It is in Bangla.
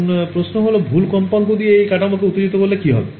এখন প্রশ্ন হল ভুল কম্পাঙ্ক দিয়ে এই কাঠামোকে উত্তেজিত করলে কী হবে